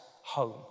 home